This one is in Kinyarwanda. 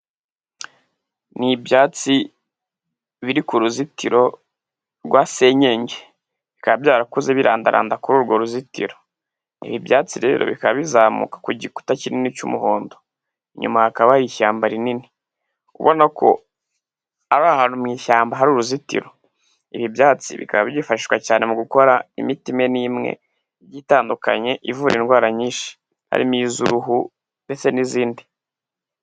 Ni ibyatsi biri ku ruzitiro rwa senyenge, bikaba byarakuze birandaranda kuri urwo ruzitiro, ibi byatsi rero bikaba bizamuka ku gikuta kinini cy'umuhondo, inyuma hakaba hari ishyamba rinini ubonako ari ahantu mu ishyamba hari uruzitiro, ibi byatsi bikaba byifashishwa cyane mu gukora imiti imwe n'imwe igiye itandukanye ivura indwara nyinshi harimo izo uruhu ndetse n'izindi.